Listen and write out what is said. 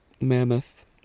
Mammoth